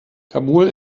kabul